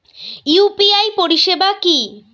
UPI পরিষেবা কি?